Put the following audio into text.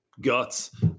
guts